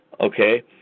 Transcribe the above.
okay